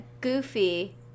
Goofy